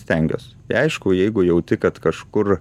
stengiuos aišku jeigu jauti kad kažkur